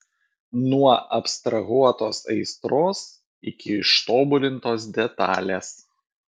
nuo abstrahuotos aistros iki ištobulintos detalės